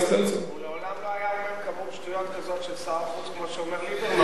הוא לעולם לא היה אומר כמות שטויות כזאת של שר החוץ כמו שאומר ליברמן,